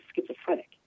schizophrenic